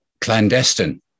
clandestine